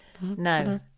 no